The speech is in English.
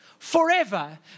Forever